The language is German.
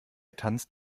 tanzt